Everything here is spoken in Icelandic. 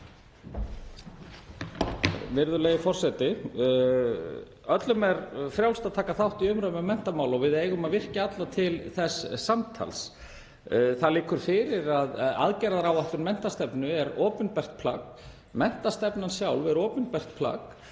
Virðulegi forseti. Öllum er frjálst að taka þátt í umræðum um menntamál og við eigum að virkja alla til þess samtals. Það liggur fyrir að aðgerðaáætlun menntastefnu er opinbert plagg. Menntastefnan sjálf er opinbert plagg.